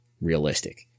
realistic